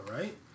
right